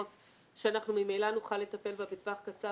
שאנחנו ממילא נוכל לטפל בהן בטווח קצר,